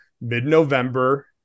mid-November